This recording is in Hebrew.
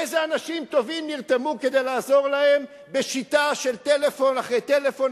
איזה אנשים טובים נרתמו כדי לעזור להם בשיטה של טלפון אחרי טלפון,